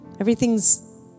Everything's